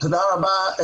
תודה רבה.